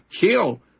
kill